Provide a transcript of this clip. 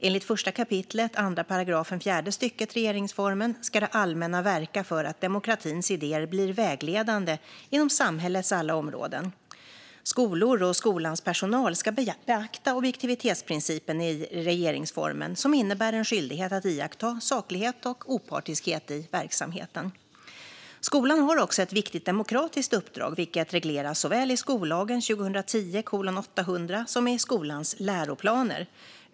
Enligt 1 kap. 2 § fjärde stycket regeringsformen ska det allmänna verka för att demokratins idéer blir vägledande inom samhällets alla områden. Skolor och skolans personal ska beakta objektivitetsprincipen i regeringsformen som innebär en skyldighet att iaktta saklighet och opartiskhet i verksamheten. Skolan har också ett viktigt demokratiskt uppdrag, vilket regleras såväl i skollagen som i skolans läroplaner.